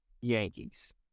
Yankees